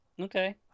Okay